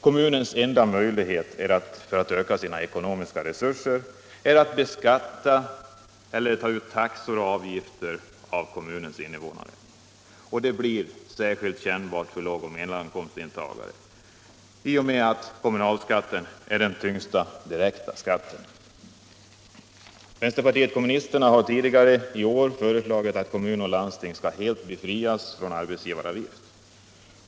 Kommunernas enda möjlighet att öka sina ekonomiska resurser är att beskatta eller ta ut taxor och avgifter av kommunernas invånare. Detta blir och är särskilt kännbart för lågoch mellaninkomsttagare i och med att kommunalskatten för dem är den tyngsta direkta skatten. Vpk har tidigare i år föreslagit att kommuner och landsting skall helt befrias från arbetsgivaravgift.